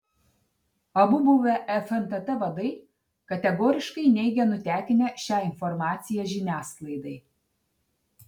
abu buvę fntt vadai kategoriškai neigia nutekinę šią informaciją žiniasklaidai